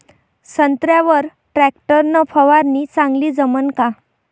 संत्र्यावर वर टॅक्टर न फवारनी चांगली जमन का?